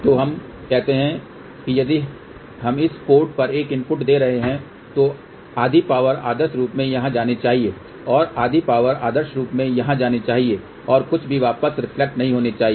तो हम कहते हैं कि यदि हम इस पोर्ट पर एक इनपुट दे रहे हैं तो आधी पावर आदर्श रूप में यहां जानी चाहिए और आधी पावर आदर्श रूप में यहां जानी चाहिए और कुछ भी वापस रिफ्लेक्ट नहीं होना चाहिए